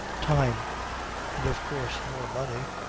time and of course, more money.